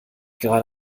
gerade